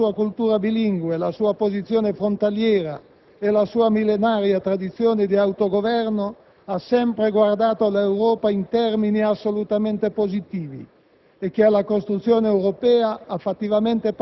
Sto parlando di una Regione che, per la sua cultura bilingue, la sua posizione frontaliera e la sua millenaria tradizione di autogoverno, ha sempre guardato all'Europa in termini assolutamente positivi